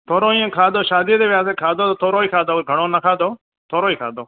थोरो ईअं खाधो शादी ते वियासीं खाधो थोरो ई खाधव घणो न खाधो थोरो ई खाधो